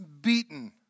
beaten